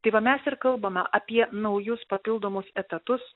tai va mes ir kalbame apie naujus papildomus etatus